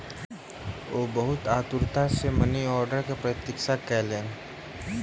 ओ बहुत आतुरता सॅ मनी आर्डर के प्रतीक्षा कयलैन